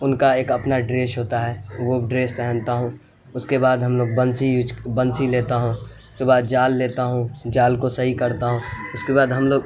ان کا ایک اپنا ڈریش ہوتا ہے وہ ڈریس پہنتا ہوں اس کے بعد ہم لوگ بنسی یوز بنسی لیتا ہوں اس کے بعد جال لیتا ہوں جال کو صحیح کرتا ہوں اس کے بعد ہم لوگ